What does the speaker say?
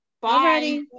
Bye